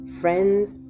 friends